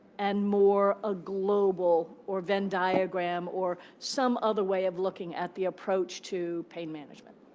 and more a global or venn diagram or some other way of looking at the approach to pain management.